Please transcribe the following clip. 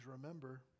remember